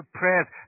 prayers